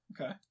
Okay